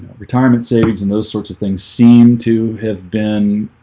retirement savings and those sorts of things seem to have been